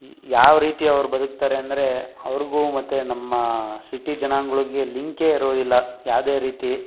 ಯಾವ ರೀತಿ ಅವ್ರು ಬದುಕ್ತಾರೆ ಅಂದರೆ ಅವ್ರಿಗೂ ಮತ್ತು ನಮ್ಮ ಸಿಟಿ ಜನಾಂಗಳ್ಗೆ ಲಿಂಕೇ ಇರೋದಿಲ್ಲ ಯಾವ್ದೇ ರೀತಿ